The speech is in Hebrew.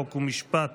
חוק ומשפט